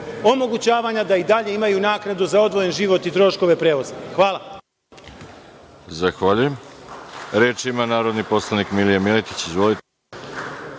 omogućavanja da i dalje imaju naknadu za odvojen život i troškove prevoza. Hvala. **Veroljub Arsić** Zahvaljujem. Reč ima narodni poslanik Milija Miletić. Izvolite.